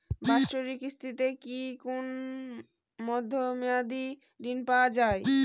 বাৎসরিক কিস্তিতে কি কোন মধ্যমেয়াদি ঋণ পাওয়া যায়?